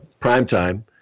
primetime